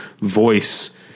voice